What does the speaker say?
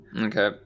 Okay